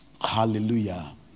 Hallelujah